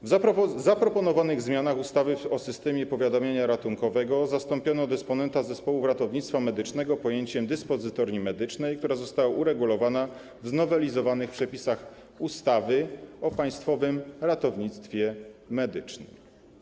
W zaproponowanych zmianach ustawy o systemie powiadamiania ratunkowego zastąpiono pojęcie dysponenta zespołów ratownictwa medycznego pojęciem dyspozytorni medycznej, co zostało uregulowane w znowelizowanych przepisach ustawy o Państwowym Ratownictwie Medycznym.